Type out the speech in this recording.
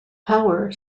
power